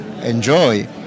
enjoy